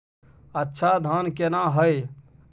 अच्छा धान केना हैय?